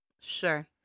Sure